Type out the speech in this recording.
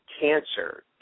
Cancer